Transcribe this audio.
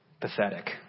pathetic